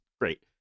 great